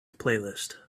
playlist